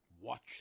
watch